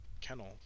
kennel